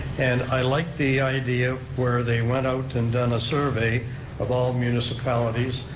and i like the idea where they went out and done a survey of all municipalities,